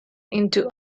into